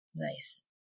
Nice